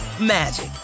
magic